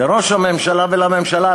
לראש הממשלה ולממשלה,